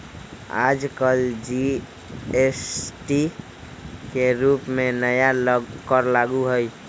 आजकल जी.एस.टी के रूप में नया कर लागू हई